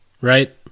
right